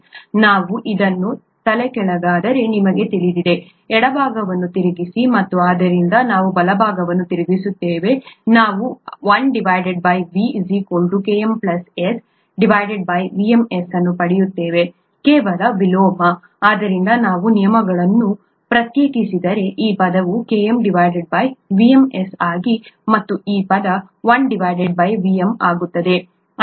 ನಾವು ಇದನ್ನು ತಲೆಕೆಳಗಾದರೆ ನಿಮಗೆ ತಿಳಿದಿದೆ ಎಡಭಾಗವನ್ನು ತಿರುಗಿಸಿ ಮತ್ತು ಆದ್ದರಿಂದ ನಾವು ಬಲಭಾಗವನ್ನು ತಿರುಗಿಸುತ್ತೇವೆ ನಾವು 1V Km SVmS ಅನ್ನು ಪಡೆಯುತ್ತೇವೆ ಕೇವಲ ವಿಲೋಮ ಆದ್ದರಿಂದ ನಾವು ನಿಯಮಗಳನ್ನು ಪ್ರತ್ಯೇಕಿಸಿದರೆ ಈ ಪದವು Km VmS ಆಗಿ ಮತ್ತು ಈ ಪದ 1Vm ಆಗುತ್ತದೆ